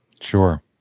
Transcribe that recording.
Sure